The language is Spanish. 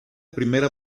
primera